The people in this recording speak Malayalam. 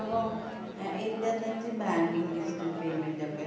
അപ്പോൾ ഇൻ്റർനെറ്റ് ബാങ്കിങ് ഡിജിറ്റൽ പേമെന്റ് ഒക്കെ